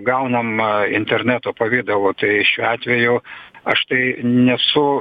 gaunam interneto pavidalu tai šiuo atveju aš tai nesu